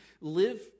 live